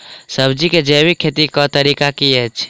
सब्जी केँ जैविक खेती कऽ तरीका की अछि?